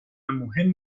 مهم